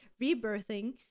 rebirthing